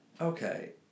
okay